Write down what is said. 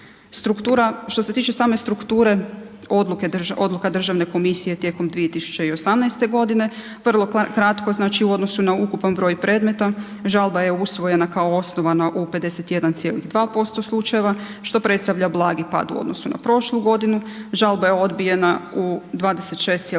što se tiče same strukture, odluka državne komisije tijekom 2018. godine vrlo kratko, znači u odnosu na ukupan broj predmeta žalba je usvojena kao osnovana u 51,2% slučajeva što predstavlja blagi pad u odnosu na prošlu godinu, žalba je odbijena u 26,5%